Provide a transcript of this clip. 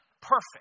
perfect